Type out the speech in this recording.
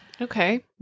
Okay